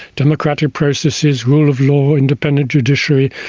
democratic processes, rule of law, independent judiciary.